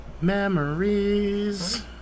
Memories